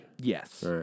Yes